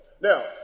now